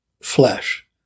flesh